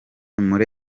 muri